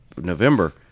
november